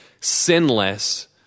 sinless